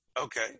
Okay